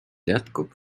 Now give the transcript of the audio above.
jätkub